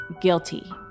guilty